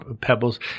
Pebbles